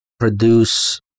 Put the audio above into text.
Produce